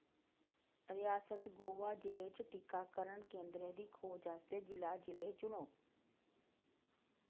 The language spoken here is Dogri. रियासत गोवा जि'ले च टीकाकरण केंदरें दी खोज आस्तै जि'ला जि'ले चुनो